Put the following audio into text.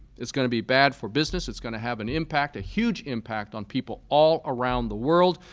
it's going to be bad for business. it's going to have an impact, a huge impact on people all around the world,